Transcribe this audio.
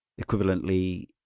equivalently